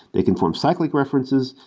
they can form cyclic references.